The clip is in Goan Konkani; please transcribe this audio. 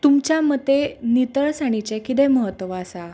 तुमच्या मते नितळसाणीचें कितें म्हत्व आसा